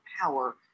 power